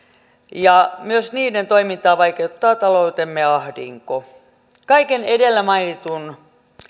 ja myös niiden toimintaa vaikeuttaa taloutemme ahdinko kaiken edellä mainitun